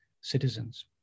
citizens